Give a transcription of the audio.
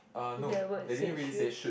is there a word said shoot